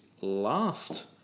last